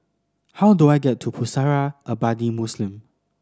how do I get to Pusara Abadi Muslim